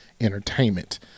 entertainment